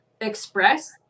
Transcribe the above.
express